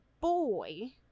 boy